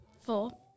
Four